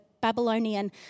Babylonian